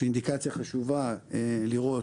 אינדיקציה חשובה לראות,